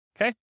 Okay